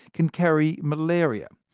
can carry malaria,